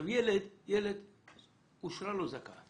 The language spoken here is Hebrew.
לילד אושרה זכאות